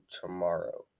tomorrow